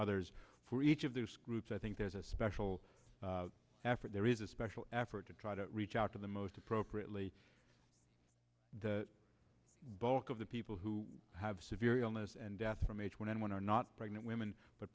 others for each of those groups i think there's a special effort there is a special effort to try to reach out to the most appropriately the bulk of the people who have severe illness and death from h one n one are not pregnant women but